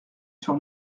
sur